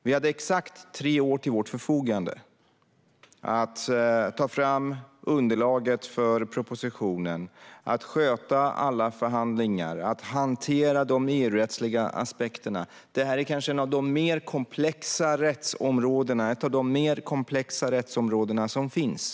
Vi hade exakt tre år till vårt förfogande för att ta fram underlaget för propositionen, sköta alla förhandlingar och hantera de EU-rättsliga aspekterna. Detta är kanske ett av de mer komplexa rättsområden som finns.